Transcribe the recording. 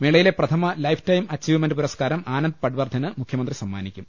മേളയിലെ പ്രഥമ life time achievement പുരസ്കാരം ആനന്ദ്പട് വർധന് മുഖ്യമന്ത്രി സമ്മാ നിക്കും